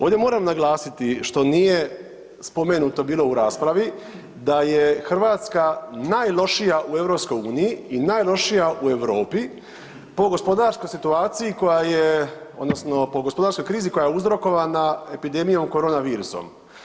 Ovdje moram naglasiti što nije bilo spomenuto u raspravi da je Hrvatska najlošija u EU i najlošija u Europi po gospodarskoj situaciji odnosno po gospodarskoj krizi koja je uzrokovana epidemijom korona virusom.